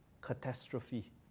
catastrophe